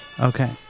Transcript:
Okay